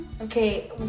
Okay